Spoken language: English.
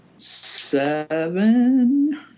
Seven